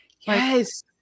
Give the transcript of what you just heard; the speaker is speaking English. Yes